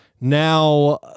now